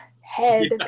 head